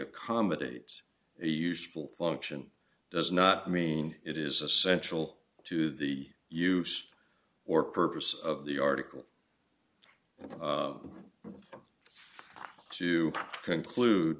accommodates a useful function does not mean it is essential to the use or purpose of the article and to conclude